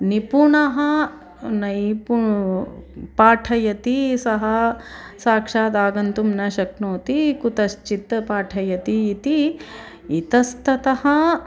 निपुणः नैपु पाठयति सः साक्षादागन्तुं न शक्नोति कुतश्चित् पाठयति इति इतस्ततः